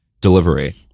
delivery